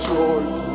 Lord